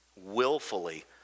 Willfully